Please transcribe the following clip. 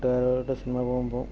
കൂട്ടുകാരോട് സിനിമ പോകുമ്പോൾ